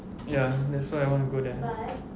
ya that's why I wanna go there